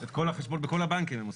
את כל החשבונות בכל הבנקים הם עושים.